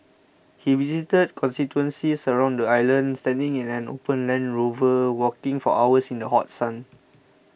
he visited constituencies around the island standing in an open Land Rover walking for hours in the hot sun